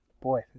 Boy